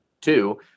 two